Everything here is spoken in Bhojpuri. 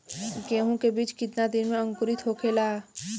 गेहूँ के बिज कितना दिन में अंकुरित होखेला?